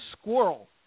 squirrel